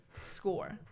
score